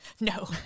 No